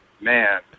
man